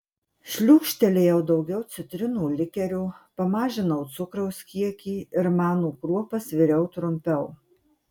šliūkštelėjau daugiau citrinų likerio pamažinau cukraus kiekį ir manų kruopas viriau trumpiau